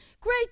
Great